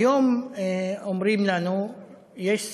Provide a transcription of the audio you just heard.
היום אומרים לנו התושבים,